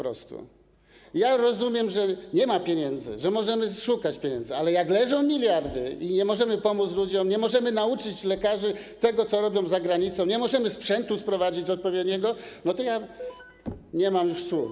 Rozumiem, że nie ma pieniędzy, że możemy szukać pieniędzy, ale jak leżą miliardy, a nie możemy pomóc ludziom, nie możemy nauczyć lekarzy tego, co robią za granicą, nie możemy sprzętu sprowadzić odpowiedniego, to na to nie mam już słów.